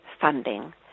funding